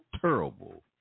terrible